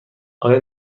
آیا